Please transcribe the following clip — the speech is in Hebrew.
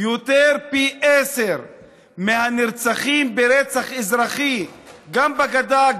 יותר מפי עשרה מהנרצחים ברצח אזרחי גם בגדה,